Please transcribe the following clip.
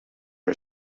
her